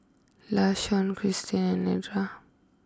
Lashawn Chrissie and Nedra